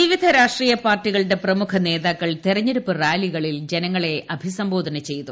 വിവിധ രാഷ്ട്രീയ പാർട്ടികളുടെ പ്രമുഖ നേതാക്കൾ തെരഞ്ഞെടുപ്പ് റാലികളിൽ ജനങ്ങളെ അഭിസംബോധ ചെയ്തു